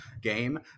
game